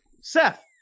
Seth